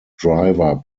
driver